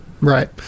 Right